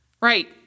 Right